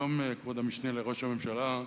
שלום, כבוד המשנה לראש הממשלה.